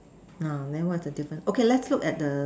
uh then what's the difference okay let's look at the